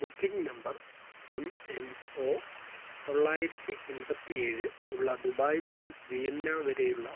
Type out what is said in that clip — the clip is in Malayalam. booking number M N O തൊള്ളായിരത്തി എൺപത്തി ഏഴ് ഉള്ള ദുബായ് മുതൽ വിയന്ന വരെയുള്ള